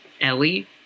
Ellie